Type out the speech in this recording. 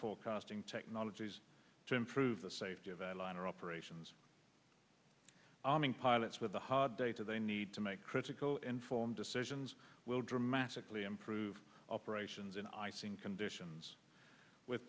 forecasting technologies to improve the safety of airliner operations arming pilots with the hard data they need to make critical informed decisions will dramatically improve operations in icing conditions with